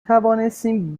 توانستیم